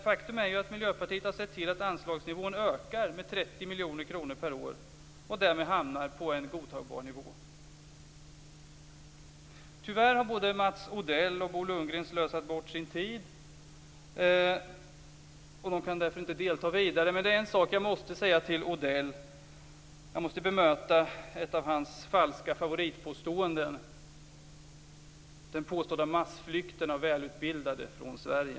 Faktum är att Miljöpartiet har sett till att anslagsnivån ökar med 30 miljoner kronor per år och därmed hamnar på en godtagbar nivå. Tyvärr har både Mats Odell och Bo Lundgren slösat bort sin tid, och de kan därför inte delta vidare. Men det är en sak jag måste säga till Odell. Jag måste bemöta ett av hans falska favoritpåståenden - den påstådda massflykten av välutbildade från Sverige.